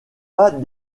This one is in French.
pas